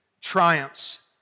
triumphs